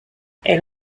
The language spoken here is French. elle